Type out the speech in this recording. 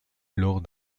lors